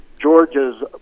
Georgia's